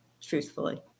truthfully